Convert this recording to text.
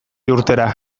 urtera